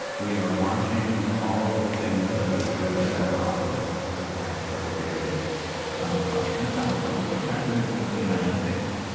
we are watching all of the things that we assumed about politics over the last couple of years come apart i mean, donald trump is the president of the united states.